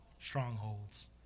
strongholds